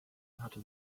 hatte